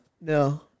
No